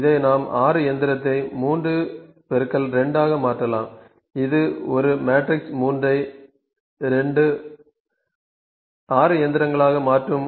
இதை நாம் 6 இயந்திரத்தை 3 2 ஆக மாற்றலாம் இது ஒரு மேட்ரிக்ஸ் 3 ஐ 2 6 இயந்திரங்களாக மாற்றும்